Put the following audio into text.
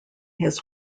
his